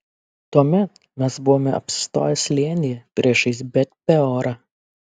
tuomet mes buvome apsistoję slėnyje priešais bet peorą